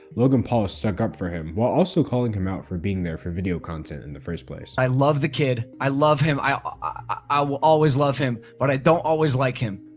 logan paul ah stuck up for him while also calling him out for being there for video content in the first place. i love the kid. i love him. i ah i will always love him, but i don't always like him.